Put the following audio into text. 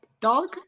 dog